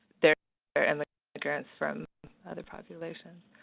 they're they're and like immigrants from other populations.